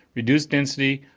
reduce density,